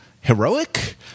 heroic